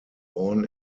born